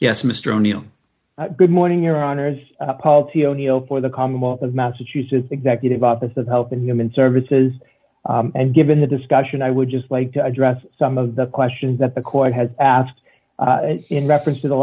yes mr o'neill good morning your honour's paul t o'neill for the commonwealth of massachusetts executive office of health and human services and given the discussion i would just like to address some of the questions that the court has asked in reference to the